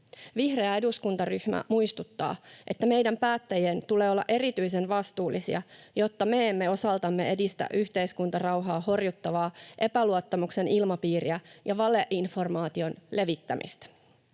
Vihreä eduskuntaryhmä muistuttaa, että meidän päättäjien tulee olla erityisen vastuullisia, jotta me emme osaltamme edistä yhteiskuntarauhaa horjuttavaa epäluottamuksen ilmapiiriä ja valeinformaation levittämistä.